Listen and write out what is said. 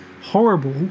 horrible